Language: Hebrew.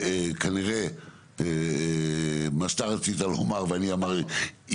כנראה מה שאתה רצית לומר ואני הקדמתי,